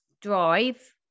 drive